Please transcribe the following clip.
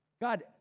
God